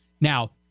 Now